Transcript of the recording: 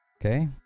Okay